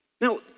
Now